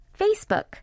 Facebook